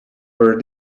were